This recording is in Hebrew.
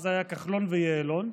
אז היו כחלון ויעלון,